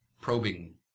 probing